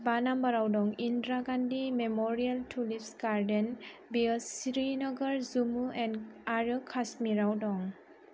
बा नाम्बाराव दं Indira Gandhi memorial tourist garden बेयो श्री नगर जम्मु एन्ड आरो कश्मीरआव दं